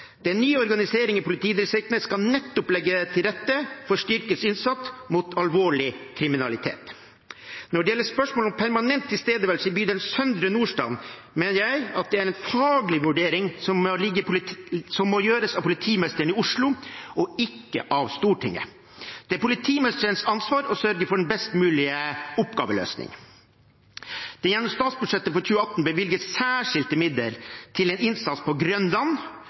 Den nye organiseringen i politidistriktene skal nettopp legge til rette for styrket innsats mot alvorlig kriminalitet. Når det gjelder spørsmålet om permanent tilstedeværelse i bydel Søndre Nordstrand, mener jeg at det er en faglig vurdering som må gjøres av politimesteren i Oslo og ikke av Stortinget. Det er politimesterens ansvar å sørge for den best mulige oppgaveløsningen. Det er gjennom statsbudsjettet for 2018 bevilget særskilte midler til en innsats på Grønland